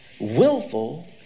willful